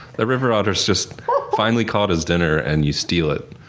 the river otter's just finally caught his dinner and you steal it.